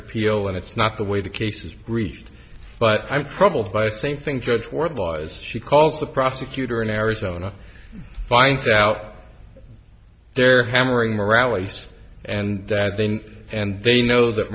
appeal and it's not the way the case is breached but i'm troubled by it same thing judge wardlaw is she calls the prosecutor in arizona finds out they're hammering moralities and dad then and they know that